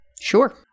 Sure